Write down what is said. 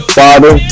father